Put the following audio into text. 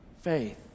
faith